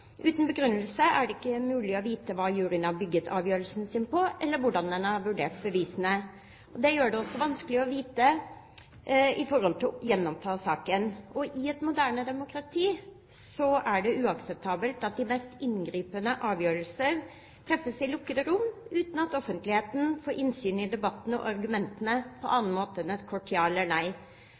Uten begrunnelse er det ikke mulig å vite hva juryen har bygd avgjørelsen sin på, eller hvordan den har vurdert bevisene. Det gjør det også vanskelig sett i forhold til å gjenoppta saken. I et moderne demokrati er det uakseptabelt at de mest inngripende avgjørelser treffes i lukkede rom uten at offentligheten får innsyn i debattene og argumentene på annen måte enn et kort ja eller nei.